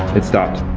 it's stopped.